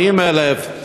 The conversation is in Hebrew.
40,000,